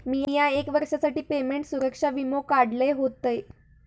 मिया एक वर्षासाठी पेमेंट सुरक्षा वीमो काढलय होतय